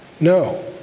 No